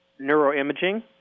neuroimaging